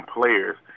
players